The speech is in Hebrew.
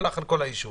הלך על כל היישוב.